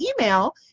email